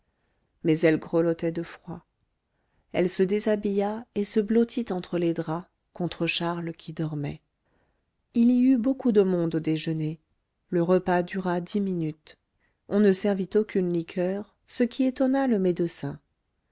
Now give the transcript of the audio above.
mais elle grelottait de froid elle se déshabilla et se blottit entre les draps contre charles qui dormait il y eut beaucoup de monde au déjeuner le repas dura dix minutes on ne servit aucune liqueur ce qui étonna le médecin